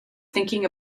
thinking